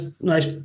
nice